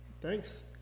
Thanks